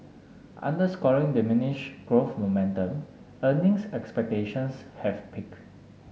underscoring diminish growth momentum earnings expectations have peak